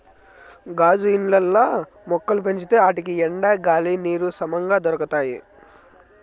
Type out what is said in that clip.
గాజు ఇండ్లల్ల మొక్కలు పెంచితే ఆటికి ఎండ, గాలి, నీరు సమంగా దొరకతాయి